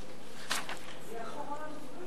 מי אחרון הדוברים?